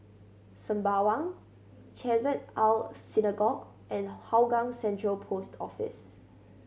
Sembawang Chesed El Synagogue and Hougang Central Post Office